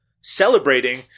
celebrating